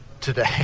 today